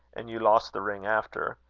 and you lost the ring after.